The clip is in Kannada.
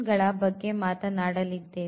ಗಳ ಬಗ್ಗೆ ಮಾತನಾಡಲಿದ್ದೇವೆ